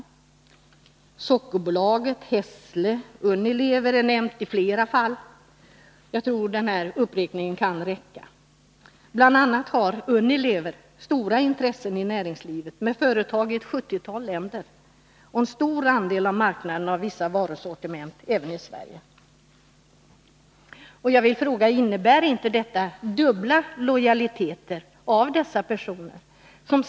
Sockerbolaget och AB Hässle finns med, och Unilever är inblandat i flera fall. Jag tror att denna uppräkning räcker. Bl. a. har Unilever stora intressen i näringslivet, med företag i ett sjuttiotal länder och en stor andel av marknaden av vissa varusortiment även i Sverige. Jag vill fråga: Innebär inte detta dubbla lojaliteter hos dessa personer?